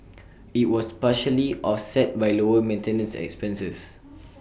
IT was partially offset by lower maintenance expenses